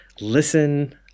Listen